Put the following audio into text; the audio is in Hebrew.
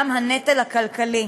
גם הנטל הכלכלי.